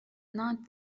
not